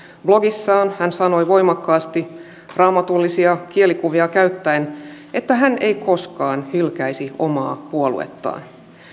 blogissaan hän sanoi voimakkaasti raamatullisia kielikuvia käyttäen että hän ei koskaan hylkäisi omaa puoluettaan